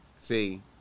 See